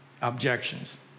objections